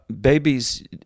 Babies